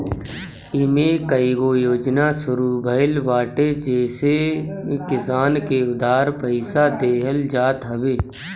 इमे कईगो योजना शुरू भइल बाटे जेसे किसान के उधार पईसा देहल जात हवे